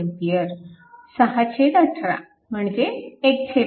618 म्हणजे 13A